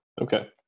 Okay